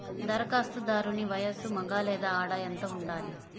ధరఖాస్తుదారుని వయస్సు మగ లేదా ఆడ ఎంత ఉండాలి?